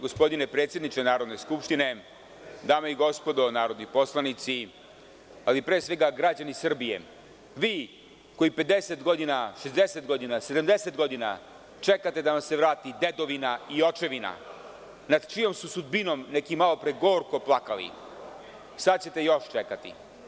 Gospodine predsedniče Narodne skupštine, dame i gospodo narodni poslanici, ali pre svega građani Srbije, vi koji 50, 60, 70 godina čekate da vam se vrati dedovina i očevina, nad čijom su sudbinom neki malo pre gorko plakali, sada ćete još čekati.